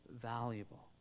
valuable